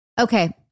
Okay